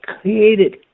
created